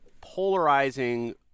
polarizing